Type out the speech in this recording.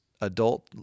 adult